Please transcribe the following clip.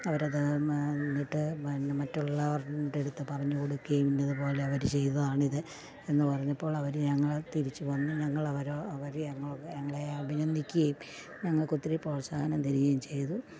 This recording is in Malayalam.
അവരത് എന്നിട്ട് മറ്റുള്ളവരുടെ അടുത്ത് പറഞ്ഞു കൊടുക്കുകയും അതു പോലെ അവർ ചെയ്തതാണിത് എന്നു പറഞ്ഞപ്പോളവർ ഞങ്ങളെ തിരിച്ചു വന്നു ഞങ്ങളെ അവരോ അവരെ അവർ ഞങ്ങളെ അഭിനന്ദിക്കുകയും ഞങ്ങൾക്കൊത്തിരി പ്രോത്സാഹനം തരികയും ചെയ്തു